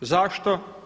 Zašto?